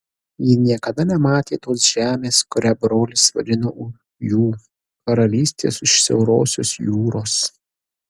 ji niekada nematė tos žemės kurią brolis vadino jų karalystės už siaurosios jūros